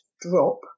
drop